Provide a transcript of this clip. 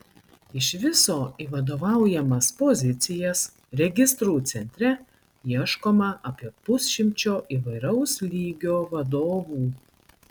iš viso į vadovaujamas pozicijas registrų centre ieškoma apie pusšimčio įvairaus lygio vadovų